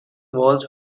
walls